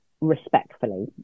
respectfully